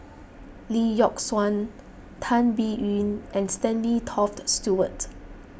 Lee Yock Suan Tan Biyun and Stanley Toft Stewart